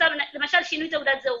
למשל שינוי תעודת זהות,